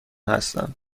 هستم